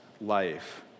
life